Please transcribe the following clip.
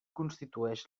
constitueix